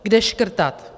Kde škrtat.